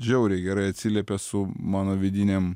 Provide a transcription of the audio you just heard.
žiauriai gerai atsiliepė su mano vidinėm